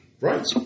Right